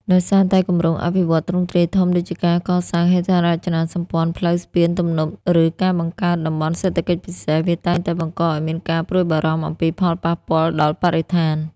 ដោយសារតែគម្រោងអភិវឌ្ឍន៍ទ្រង់ទ្រាយធំ ដូចជាការសាងសង់ហេដ្ឋារចនាសម្ព័ន្ធ ផ្លូវ ស្ពាន ទំនប់ ឬការបង្កើតតំបន់សេដ្ឋកិច្ចពិសេស វាតែងតែបង្កឱ្យមានការព្រួយបារម្ភអំពីផលប៉ះពាល់ដល់បរិស្ថាន។